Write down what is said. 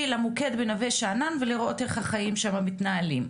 לראות איך זה מתנהל.